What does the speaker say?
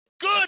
good